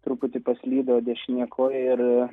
truputį paslydo dešinė koja ir